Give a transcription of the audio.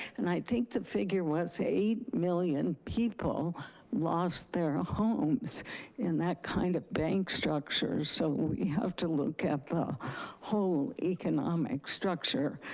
and i think the figure was eight million people lost their ah homes in that kind of bank structure. so we have to look at the whole economic structure.